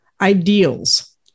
ideals